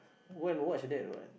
when to watch that what